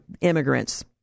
Immigrants